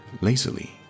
lazily